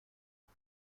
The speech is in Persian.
شام